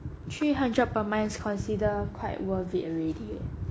three hundred per month is consider quite worth it already